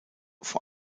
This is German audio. vor